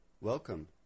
Welcome